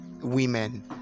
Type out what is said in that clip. women